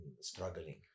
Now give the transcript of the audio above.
struggling